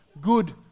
good